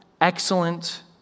excellent